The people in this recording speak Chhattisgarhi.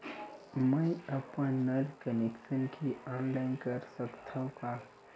मैं अपन नल कनेक्शन के ऑनलाइन कर सकथव का?